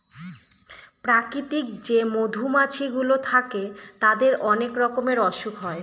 প্রাকৃতিক যে মধুমাছি গুলো থাকে তাদের অনেক রকমের অসুখ হয়